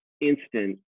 instant